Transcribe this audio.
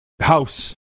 house